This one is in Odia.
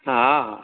ହଁ